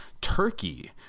turkey